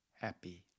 happy